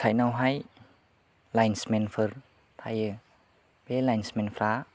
साइदआवहाय लाइन्समेनफोर थायो बे लाइन्समेनफ्रा